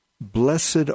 blessed